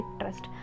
trust